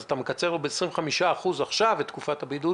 אז אתה מקצר לו ב-25% עכשיו את תקופת הבידוד